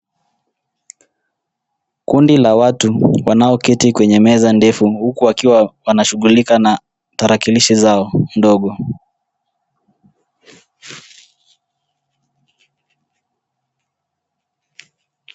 Kundi la watu wanaoketi kwenye meza ndefu huku wakiwa wanashugulika na tarakilishi zao ndogo.